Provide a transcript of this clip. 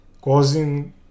causing